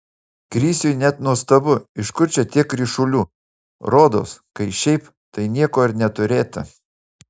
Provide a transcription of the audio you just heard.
krisiui net nuostabu iš kur čia tiek ryšulių rodos kai šiaip tai nieko ir neturėta